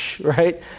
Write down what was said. Right